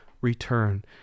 return